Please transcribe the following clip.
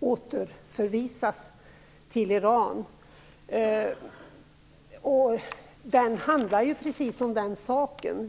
återförvisas till Iran. Den handlar just om detta.